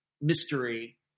mystery